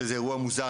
שזה אירוע מוזר,